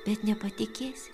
bet nepatikėsi